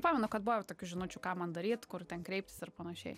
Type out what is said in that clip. pamenu kad buvo tokių žinučių ką man daryt kur ten kreiptis ir panašiai